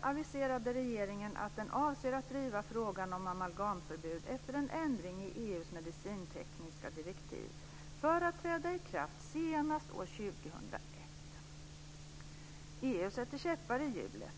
aviserade regeringen att den avser att driva frågan om amalgamförbud efter en ändring i EU:s medicintekniska direktiv, för att träda i kraft senast år 2001. EU sätter käppar i hjulet.